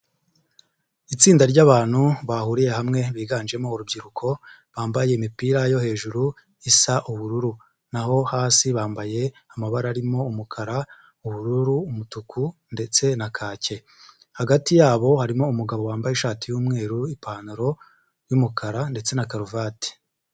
Itsinda ry'abantu bahuriye hamwe, biganjemo urubyiruko, bambaye imipira yo hejuru isa ubururu. Na ho hasi bambaye amabara arimo umukara, ubururu, umutuku ndetse na kake. Hagati yabo harimo umugabo wambaye ishati y'umweru, ipantaro y'umukara ndetse na karuvati.